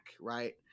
Right